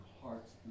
hearts